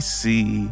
see